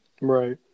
Right